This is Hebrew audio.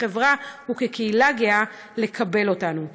כחברה וכקהילה גאה, מלקבל אותנו.